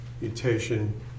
mutation